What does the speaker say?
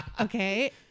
Okay